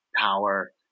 power